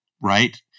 right